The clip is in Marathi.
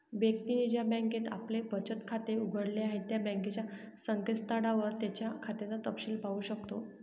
व्यक्तीने ज्या बँकेत आपले बचत खाते उघडले आहे त्या बँकेच्या संकेतस्थळावर त्याच्या खात्याचा तपशिल पाहू शकतो